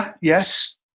yes